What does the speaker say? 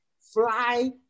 fly